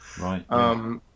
Right